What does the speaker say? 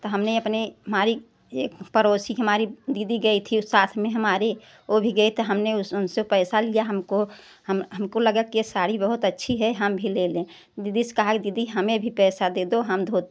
तो हमने अपने मारी पड़ोसी हमारी दीदी गई थी और साथ में हमारे वह भी गए त हमने उनसे पैसा लिया हमको हमको लगा कि यह साड़ी बहुत अच्छी है हम भी ले लें दीदी से कहा दीदी हमें भी पैसा दे दो हम धो